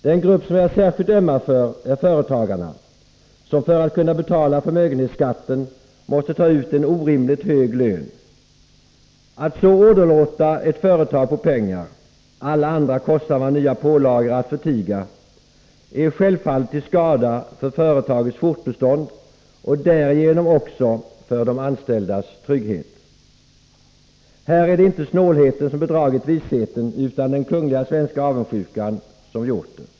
Den grupp som jag särskilt ömmar för är företagarna, som för att kunna betala förmögenhetsskatten måste ta ut en orimligt hög lön. Att så åderlåta ett företag på pengar — alla andra kostsamma nya pålagor att förtiga — är självfallet till skada för företagets fortbestånd och därigenom också för de anställdas trygghet. Här är det inte snålheten som bedragit visheten, utan det är den kungliga svenska avundsjukan som gjort det.